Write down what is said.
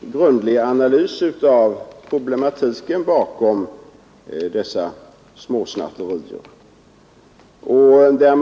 grundlig analys av problematiken bakom dessa småsnatterier.